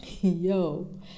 yo